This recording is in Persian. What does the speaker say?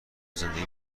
زندگی